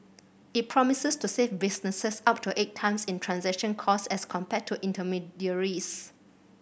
it promises to save businesses up to eight times in transaction costs as compared to intermediaries